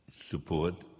support